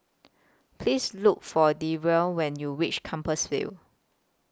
Please Look For Denver when YOU REACH Compassvale